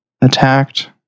attacked